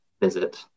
visit